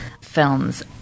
films